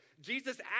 Jesus